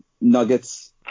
nuggets